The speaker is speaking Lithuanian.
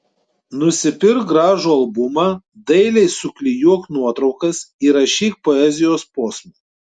nusipirk gražų albumą dailiai suklijuok nuotraukas įrašyk poezijos posmų